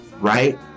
right